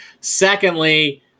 Secondly